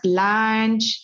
lunch